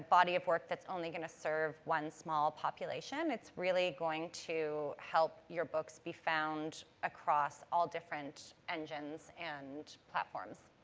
body of work that's only going to serve one small population. it's really going to help your books be found across all different engines and platforms.